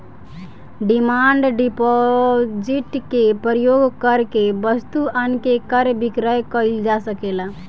demand deposit के प्रयोग करके वस्तुअन के क्रय विक्रय कईल जा सकेला